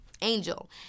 Angel